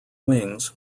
wings